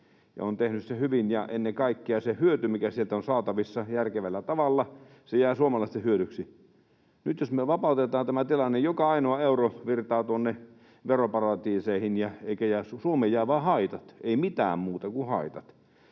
on tehnyt sen hyvin — ennen kaikkea se hyöty, mikä sieltä on saatavissa järkevällä tavalla, jää suomalaisten hyödyksi. Nyt jos me vapautetaan tämä tilanne, joka ainoa euro virtaa veroparatiiseihin ja Suomeen jäävät vain haitat — ei mitään muuta kuin haitat.